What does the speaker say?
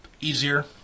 easier